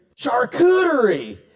Charcuterie